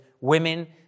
women